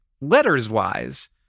letters-wise